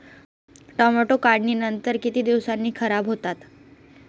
Tomato काढणीनंतर किती दिवसांनी खराब होतात?